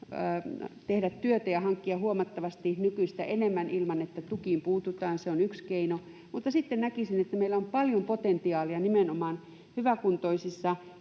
tehdä työtä ja hankkia huomattavasti nykyistä enemmän ilman, että tukiin puututaan. Se on yksi keino. Sitten näkisin, että meillä on paljon potentiaalia nimenomaan hyväkuntoisissa